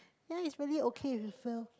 then is probably okay if you fail